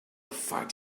fight